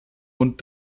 und